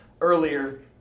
earlier